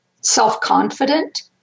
self-confident